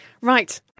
Right